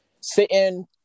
sitting